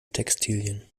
textilien